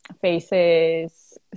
faces